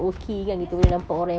yes